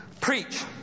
preach